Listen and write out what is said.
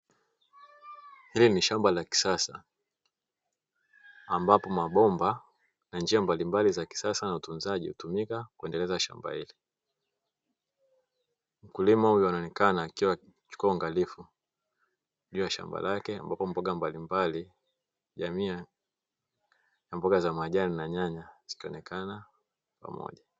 Hili ni shamba la kisasa ambapo mabomba na njia mbalimbali za kisasa na utunzaji hutumika kuendeleza kilimo, mkulima akionekana akichunguza kwa uangalifu juu ya shamba lake ambalo mboga za majani na nyanya zikionekana kwa pamoja.